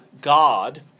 God